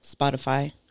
Spotify